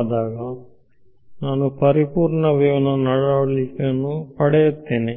ಆದಾಗ ನಾನು ಪರಿಪೂರ್ಣ ವೇವ್ನ ನಡವಳಿಕೆಯನ್ನು ಪಡೆಯುತ್ತೇನೆ ಎಂದು ನಮಗೆ ತಿಳಿದಿದೆ